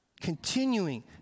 Continuing